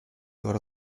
ora